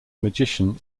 magician